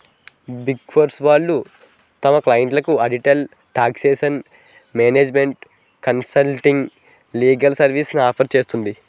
big four వాళ్ళు తమ క్లయింట్లకు audit, taxation, management consulting, legal సర్వీస్లను ఆఫర్ చేస్తుంది